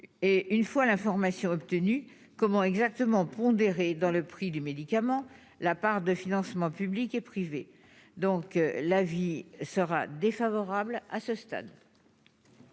et une fois l'information obtenue comment exactement pondéré dans le prix du médicament, la part de financement public et privé, donc l'avis sera défavorable à ce stade.